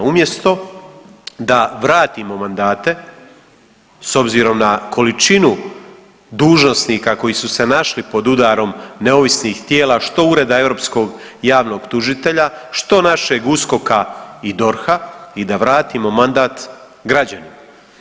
Umjesto da vratimo mandate s obzirom na količinu dužnosnika koji su se našli pod udarom neovisnih tijela što Ureda europskog javnog tužitelja, što našeg USKOK-a i DORH-a i da vratimo mandat građanima.